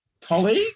colleague